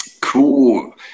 Cool